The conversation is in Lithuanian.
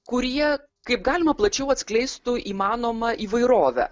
kurie kaip galima plačiau atskleistų įmanomą įvairovę